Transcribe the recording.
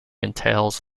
entails